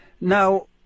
Now